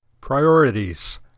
Priorities